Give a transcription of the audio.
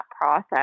process